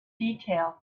detail